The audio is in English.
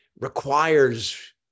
requires